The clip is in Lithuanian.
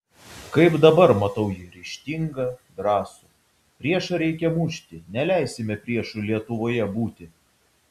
kaip dabar matau jį ryžtingą drąsų priešą reikia mušti neleisime priešui lietuvoje būti